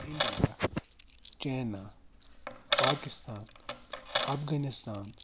India China Pakistan Afghanistan